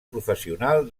professional